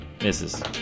Misses